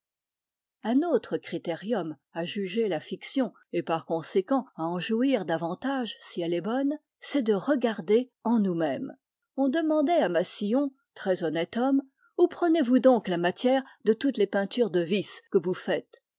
un autre critérium à juger la fiction et par conséquent à en jouir davantage si elle est bonne c'est de regarder en nous-mêmes on demandait à massillon très honnête homme où prenez-vous donc la matière de toutes les peintures de vice que vous faites